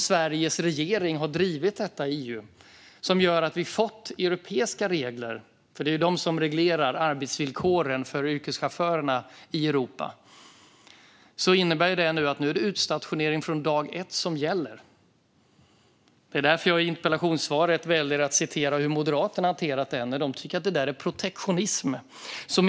Sveriges regering har drivit det i EU, och det innebär att vi har fått europeiska regler. Det är ju det som reglerar arbetsvillkoren för yrkeschaufförerna i Europa, vilket innebär att nu är det utstationering från dag ett som gäller. Det är därför som jag i interpellationssvaret väljer att citera hur Moderaterna har hanterat det och att de tycker att det är protektionistiskt.